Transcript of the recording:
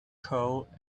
cold